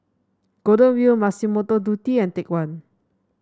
Golden Wheel Massimo Dutti and Take One